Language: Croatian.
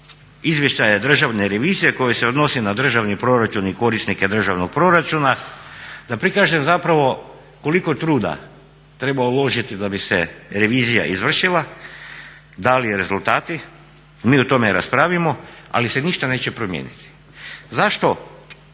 izvještaja Državne revizije koji se odnosi na državni proračun i korisnike državnog proračuna da prikažem zapravo koliko truda treba uložiti da bi se revizija izvršila, dali rezultati, mi o tome i raspravimo ali se ništa ne će promijeniti. Zašto